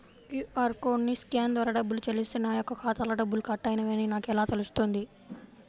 QR కోడ్ని scan ద్వారా డబ్బులు చెల్లిస్తే నా యొక్క ఖాతాలో డబ్బులు కట్ అయినవి అని నాకు ఎలా తెలుస్తుంది?